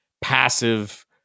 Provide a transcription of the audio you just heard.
passive